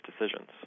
decisions